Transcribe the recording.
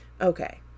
Okay